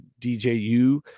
dju